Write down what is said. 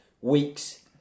weeks